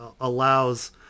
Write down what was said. allows